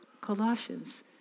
Colossians